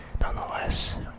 nonetheless